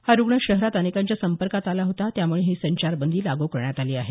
हा रुग्ण शहरात अनेकांच्या संपर्कात आला होता त्यामुळे ही संचारबंदी लागू करण्यात आली आहे